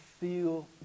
feel